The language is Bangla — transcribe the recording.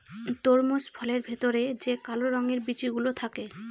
তরমুজ ফলের ভেতরে যে কালো রঙের বিচি গুলো থাকে